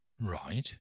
Right